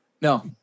No